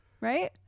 right